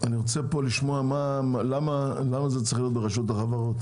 אני רוצה לשמוע למה זה צריך להיות ברשות החברות